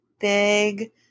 big